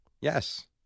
yes